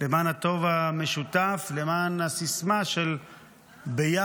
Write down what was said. למען הטוב המשותף, למען הסיסמה "ביחד